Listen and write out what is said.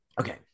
Okay